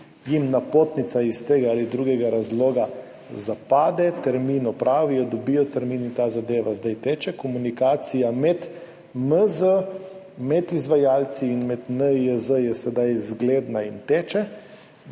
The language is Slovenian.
jim napotnica iz tega ali drugega razloga zapade, termin opravijo, dobijo termin. Ta zadeva zdaj teče. Komunikacija med MZ, med izvajalci in med NIJZ je sedaj zgledna in teče.